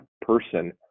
person